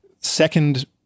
second